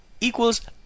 equals